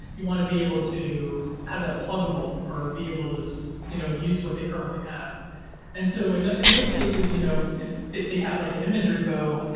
you want to be able to have that pluggable, or be able to you know use what they currently have and so in ah in those cases, you know if if they have like an image repo,